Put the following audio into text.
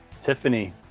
Tiffany